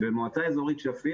במועצה אזורית שפיר,